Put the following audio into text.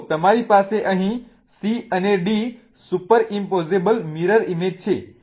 તો તમારી પાસે અહીં C અને D superimposable mirror image છે